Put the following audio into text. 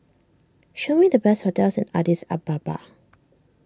show me the best hotels in Addis Ababa